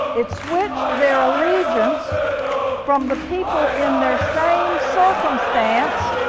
it switched their allegiance from the people in their same circumstance